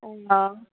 অঁ